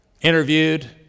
Interviewed